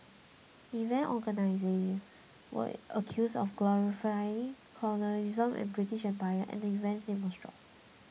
event organisers were accused of glorifying colonialism and the British Empire and the event's name was dropped